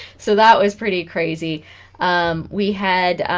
so that was pretty crazy um we had